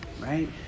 Right